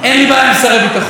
אין לי בעיה עם שרי ביטחון.